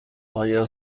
آیا